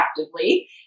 actively